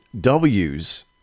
W's